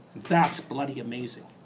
that's bloody amazing.